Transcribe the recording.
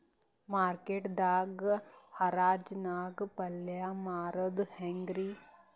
Market ದಾಗ್ ಹರಾಜ್ ನಾಗ್ ಪಲ್ಯ ಮಾರುದು ಹ್ಯಾಂಗ್ ರಿ?